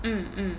mm mm